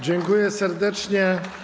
Dziękuję serdecznie.